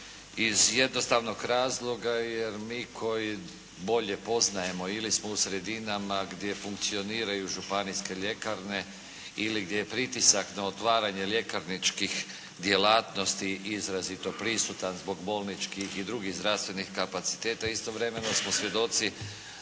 iz jednostavnog razloga jer mi koji bolje poznajemo ili smo u sredinama gdje funkcioniraju županijske ljekarne ili gdje je pritisak na otvaranje ljekarničkih djelatnosti izrazito prisutan zbog bolničkih i drugih zdravstvenih kapaciteta. Istovremeno smo svjedoci